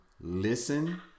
listen